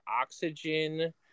oxygen